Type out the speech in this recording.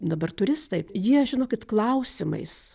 dabar turistai jie žinokit klausimais